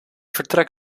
vertrek